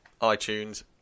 iTunes